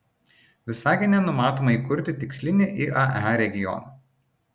visagine numatoma įkurti tikslinį iae regioną